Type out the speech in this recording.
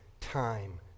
time